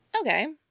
okay